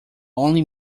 only